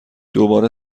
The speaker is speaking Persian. دوباره